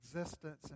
existence